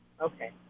Okay